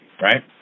Right